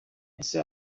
ese